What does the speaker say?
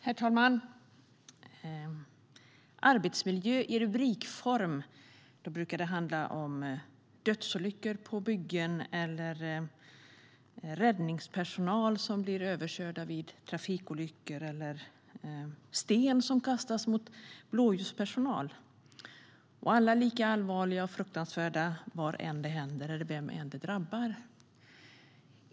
Herr talman! Arbetsmiljö i rubrikform - då brukar det handla om dödsolyckor på byggen, räddningspersonal som blir överkörd vid trafikolyckor eller sten som kastas mot blåljuspersonal. Detta är alltid lika allvarligt och fruktansvärt, var det än händer och vem det än drabbar.